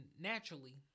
naturally